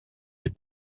des